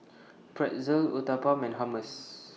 Pretzel Uthapam and Hummus